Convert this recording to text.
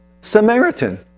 Samaritan